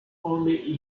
only